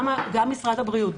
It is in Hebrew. גם משרד הבריאות,